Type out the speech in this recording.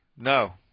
No